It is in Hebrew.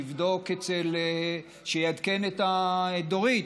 שיעדכן את דורית,